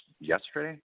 yesterday